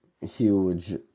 huge